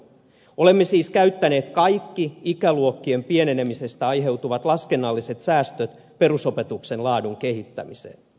olemme siis käyttäneet kaikki ikäluokkien pienenemisestä aiheutuvat laskennalliset säästöt perusopetuksen laadun kehittämiseen